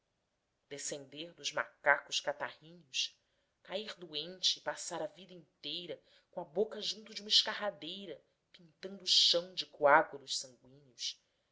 descender dos macacos catarríneos cair doente e passar a vida inteira com a boca junto de uma escarradeira pintando o chão de coágulos sangüíneos